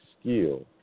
skill